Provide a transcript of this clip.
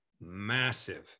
massive